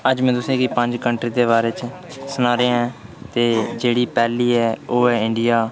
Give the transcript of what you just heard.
अज्ज में तुसें गी पञे कंट्रियें दे बारे च सना करना पैह्ली ऐ ओह् ऐ इडियां